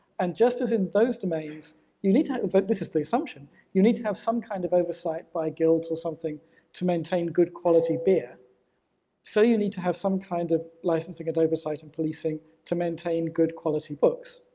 and just as in those domains you need to have, well this is the assumption, you need to have some kind of oversight by guilds or something to maintain good quality beer so you need to have some kind of licensing and oversight of and policing to maintain good quality books.